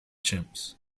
chimps